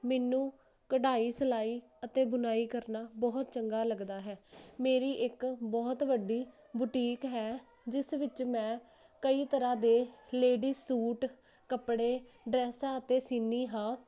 ਮੈਨੂੰ ਕਢਾਈ ਸਲਾਈ ਅਤੇ ਬੁਨਾਈ ਕਰਨਾ ਬਹੁਤ ਚੰਗਾ ਲੱਗਦਾ ਹੈ ਮੇਰੀ ਇੱਕ ਬਹੁਤ ਵੱਡੀ ਬੁਟੀਕ ਹੈ ਜਿਸ ਵਿੱਚ ਮੈਂ ਕਈ ਤਰ੍ਹਾਂ ਦੇ ਲੇਡੀਜ ਸੂਟ ਕੱਪੜੇ ਡਰੈਸ ਅਤੇ ਸੀਨੀ ਹਾ